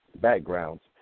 backgrounds